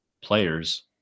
players